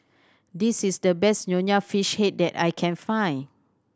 this is the best Nonya Fish Head that I can find